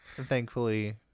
Thankfully